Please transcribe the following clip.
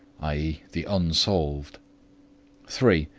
i e. the unsolved three,